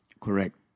correct